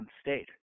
State